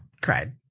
cried